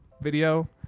video